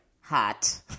hot